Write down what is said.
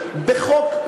בחוק,